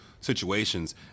situations